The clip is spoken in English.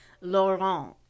Laurent